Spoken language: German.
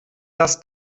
das